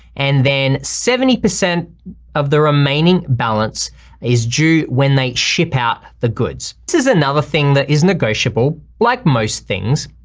and then seventy percent of the remaining balance is due when they ship out the goods. this is another thing that isn't negotiable like most things.